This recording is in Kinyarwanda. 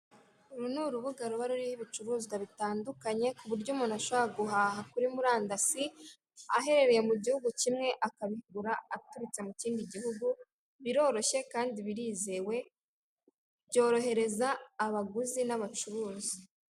Uru n'urubuga ruba ruriho ibicuruzwa bitandukanye kuburyo umuntu ashobora guhaha kuri muri andasi aharereye mu gihugu kimwe akabigura aturutse mukindi gihugu, biroroshye knd birizewe byarohereza abaguzi n'abacuruza.